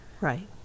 Right